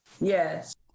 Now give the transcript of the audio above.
Yes